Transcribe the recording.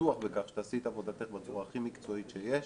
בטוח בכך שתעשי את עבודתך בצורה הכי מקצועית שיש,